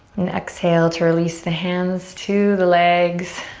and exhale to release the hands to the legs.